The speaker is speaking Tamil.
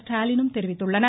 ஸ்டாலினும் தெரிவித்துள்ளனர்